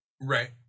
Right